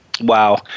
Wow